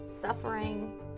suffering